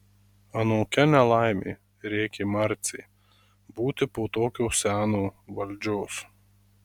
anokia ne laimė rėkė marcė būti po tokio seno valdžios